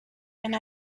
and